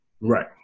Right